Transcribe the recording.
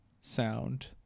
sound